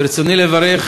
ברצוני לברך